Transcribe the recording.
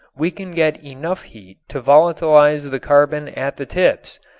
we can get enough heat to volatilize the carbon at the tips,